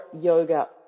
yoga